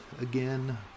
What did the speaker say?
again